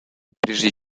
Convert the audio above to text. прежде